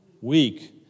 Weak